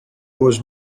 was